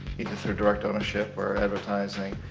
either through direct ownership or advertising.